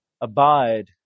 Abide